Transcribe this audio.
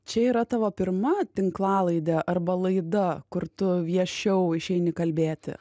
čia yra tavo pirma tinklalaidė arba laida kur tu viešiau išeini kalbėti